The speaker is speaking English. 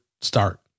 start